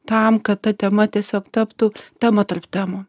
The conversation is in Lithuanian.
tam kad ta tema tiesiog taptų tema tarp temų